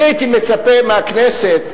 אני הייתי מצפה מהכנסת,